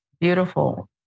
beautiful